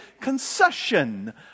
concession